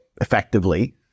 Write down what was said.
effectively